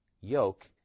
yoke